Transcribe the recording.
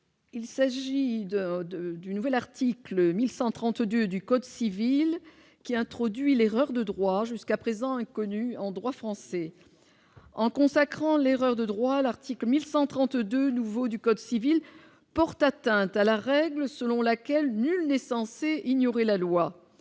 Il s'agit de de du nouvel article 1132 du code civil qui a introduit l'erreur de droit jusqu'à présent inconnue en droit français, en consacrant l'erreur de droit, l'article 1132 nouveaux du code civil, porte atteinte à la règle selon laquelle nul n'est censé ignorer la loi,